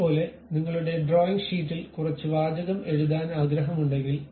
അതുപോലെ നിങ്ങളുടെ ഡ്രോയിംഗ് ഷീറ്റിൽ കുറച്ച് വാചകം എഴുതാൻ ആഗ്രഹമുണ്ടങ്കിൽ